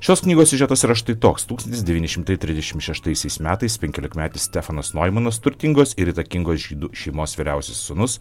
šios knygos siužetas yra štai toks tūkstantis devyni šimtai trisdešimt šeštaisiais metais penkiolikmetis stefanas noimanas turtingos ir įtakingos žydų šeimos vyriausias sūnus